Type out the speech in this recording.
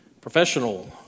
Professional